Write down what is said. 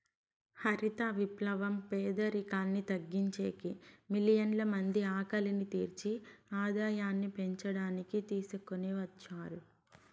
హరిత విప్లవం పేదరికాన్ని తగ్గించేకి, మిలియన్ల మంది ఆకలిని తీర్చి ఆదాయాన్ని పెంచడానికి తీసుకొని వచ్చారు